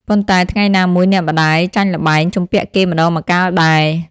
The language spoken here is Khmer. ប៉ុន្តែថ្ងៃណាមួយអ្នកម្ដាយចាញ់ល្បែង ជំពាក់គេម្ដងម្កាលដែរ ។